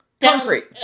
concrete